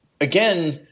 again